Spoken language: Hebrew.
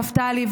נפתלי,